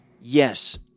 yes